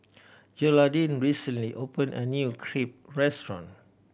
Gearldine recently opened a new Crepe restaurant